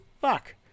fuck